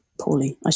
poorly